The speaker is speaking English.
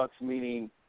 meaning